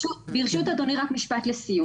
ברשות אדוני, רק משפט לסיום.